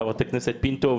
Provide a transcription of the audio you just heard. חברת הכנסת פינטו,